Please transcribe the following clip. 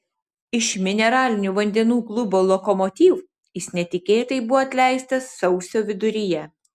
iš mineralinių vandenų klubo lokomotiv jis netikėtai buvo atleistas sausio viduryje